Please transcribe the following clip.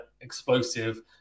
explosive